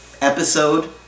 episode